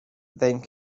then